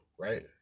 Right